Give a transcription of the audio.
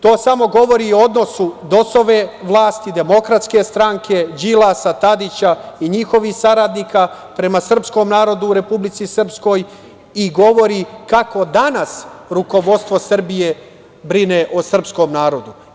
To samo govori o odnosu DOS-ove vlasti, DS, Đilasa, Tadića i njihovih saradnika prema srpskom narodu u Republici Srpskoj i govori kako danas rukovodstvo Srbije brine o srpskom narodu.